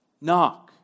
knock